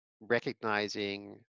recognizing